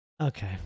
Okay